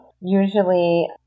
usually